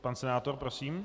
Pan senátor, prosím.